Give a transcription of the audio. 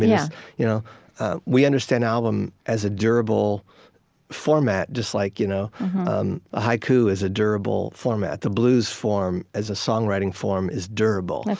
yeah you know we understand album as a durable format just like you know um a haiku is a durable format. the blues form as a songwriting form is durable.